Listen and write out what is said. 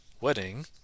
wedding